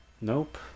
Nope